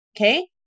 Okay